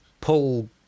pull